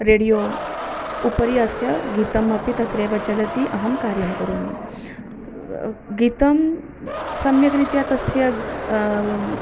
radio उपरि अस्य गीतमपि तत्रेव चलति अहं कार्यं करोमि गीतं सम्यग्रीत्या तस्य प्रगल्भाः